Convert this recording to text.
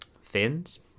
fins